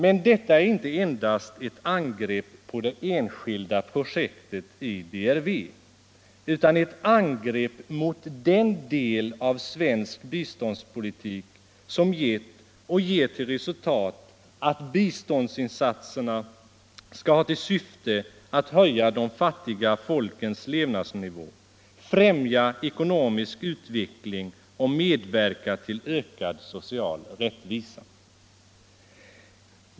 Men detta är inte endast ett angrepp på det enskilda projektet i DRV utan ett angrepp mot den del av svensk biståndspolitik som gett och ger till resultat att biståndsinsatserna höjer de fattiga folkens levnadsnivå, främjar ekonomisk utveckling och medverkar till ökad social rättvisa.